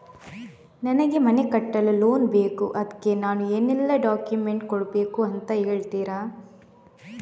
ನನಗೆ ಮನೆ ಕಟ್ಟಲು ಲೋನ್ ಬೇಕು ಅದ್ಕೆ ನಾನು ಏನೆಲ್ಲ ಡಾಕ್ಯುಮೆಂಟ್ ಕೊಡ್ಬೇಕು ಅಂತ ಹೇಳ್ತೀರಾ?